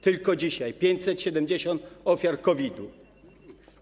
Tylko dzisiaj - 570 ofiar COVID-u.